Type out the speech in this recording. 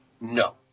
No